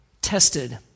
tested